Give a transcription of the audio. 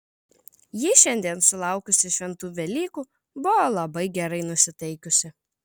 ji šiandien sulaukusi šventų velykų buvo labai gerai nusiteikusi